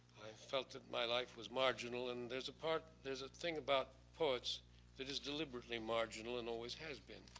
felt that my life was marginal and there's a part there's a thing about poets that is deliberately marginal and always has been.